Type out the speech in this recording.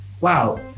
wow